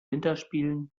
winterspielen